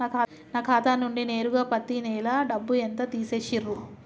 నా ఖాతా నుండి నేరుగా పత్తి నెల డబ్బు ఎంత తీసేశిర్రు?